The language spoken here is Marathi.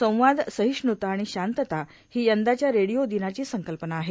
संवाद सहिष्ण्ता आणि शांतता ही यंदाच्या रेडिओ दिनाची संकल्पना आहे